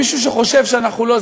מישהו שחושב שאנחנו לא,